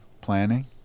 Planning